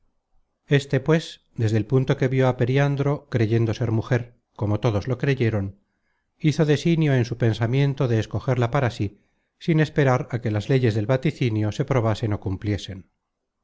este pues desde el punto que vió á periandro creyendo ser mujer como todos lo creyeron hizo desinio en su pensamiento de escogerla para sí sin esperar á que las leyes del vaticinio se probasen ó cumpliesen